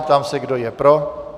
Ptám se, kdo je pro?